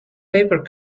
paper